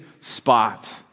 spot